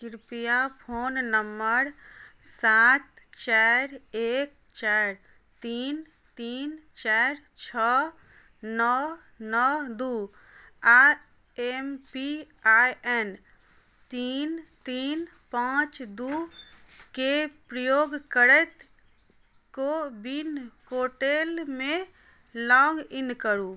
कृपया phone number सात चारि एक चारि तीन तीन चारि छओ नओ नओ दू आ एम पी आइ एन तीन तीन पांच दू के प्रयोग करैत को विन पोर्टल मे लॉग इन करू